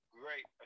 great